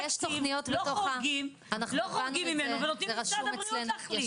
לא חורגים ממנו ונותנים למשרד הבריאות להחליט.